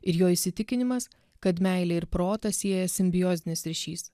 ir jo įsitikinimas kad meilę ir protą sieja simbiozinis ryšys